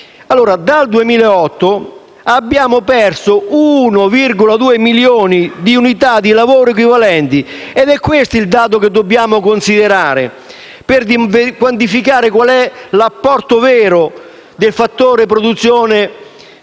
Dal 2008 abbiamo perso 1,2 milioni di unità di lavoro equivalenti ed è questo il dato che dobbiamo considerare per quantificare l'apporto vero del fattore produzione